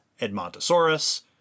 Edmontosaurus